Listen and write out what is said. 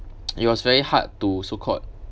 it was very hard to so called